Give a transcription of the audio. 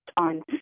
on